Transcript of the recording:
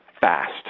fast